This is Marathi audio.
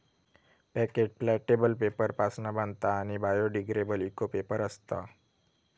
पॅकेट प्लॅटेबल पेपर पासना बनता आणि बायोडिग्रेडेबल इको पेपर असता